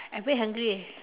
I very hungry leh